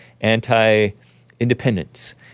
anti-independence